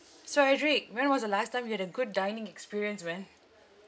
so edrick when was the last time you had a good dining experience man